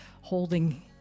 holding